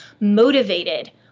motivated